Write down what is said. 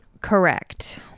correct